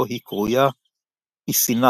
בו היא קרויה Isinacha.